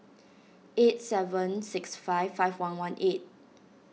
eight seven six five five one one eight